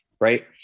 right